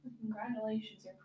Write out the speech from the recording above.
Congratulations